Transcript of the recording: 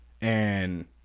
and-